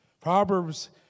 Proverbs